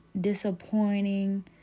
disappointing